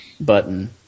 button